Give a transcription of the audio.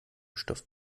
stoff